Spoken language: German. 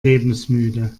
lebensmüde